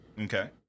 Okay